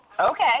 okay